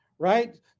Right